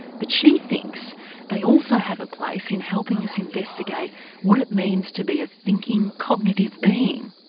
but she thinks they also have a place in helping us investigate what it means to be a thinking, cognitive being.